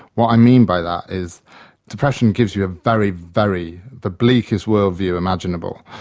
what i mean by that is depression gives you a very, very, the bleakest world view imaginable.